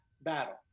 battle